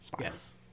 Yes